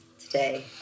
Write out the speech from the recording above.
today